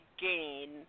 gain